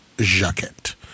jacket